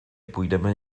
půjdeme